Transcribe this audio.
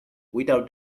without